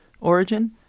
origin